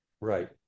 right